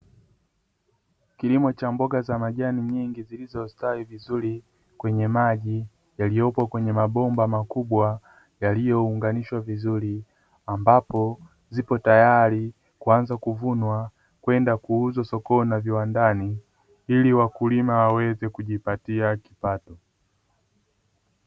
Kilimo cha mboga za majani nyingi zilizostawi vizuri kwenye maji yaliyopo kwenye mabomba makubwa yaliyounganishwa vizuri, ambapo zipo tayari kuanza kuvunwa kwenda kuuzwa sokoni na viwandani ili wakulima waweze kujipatia kipato.